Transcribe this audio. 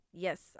Yes